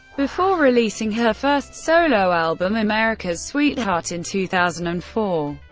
before releasing her first solo album, america's sweetheart, in two thousand and four.